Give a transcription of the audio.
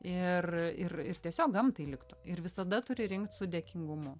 ir ir ir tiesiog gamtai liktų ir visada turi rinkt su dėkingumu